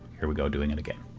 here we go doing it again.